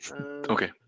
Okay